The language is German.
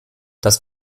das